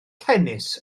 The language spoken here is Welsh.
tennis